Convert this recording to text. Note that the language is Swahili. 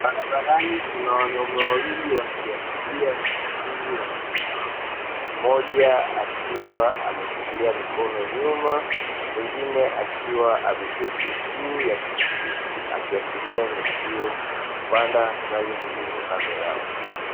Barabarani kuna wanume wawili wakiasilia ya kishiri wamesimama. Mmoja akiwa ameshikilia mikono nyuma mwingine akiwa ameketi juu ya pikipiki akiashiria mwenzio kupanda ngazi zilizo kando yao.